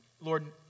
Lord